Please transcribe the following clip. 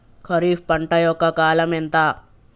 ఖరీఫ్ పంట యొక్క కాలం ఎంత?